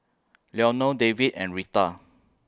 Leonore David and Reatha